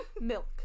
Milk